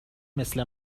مثل